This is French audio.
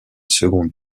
seconde